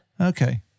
okay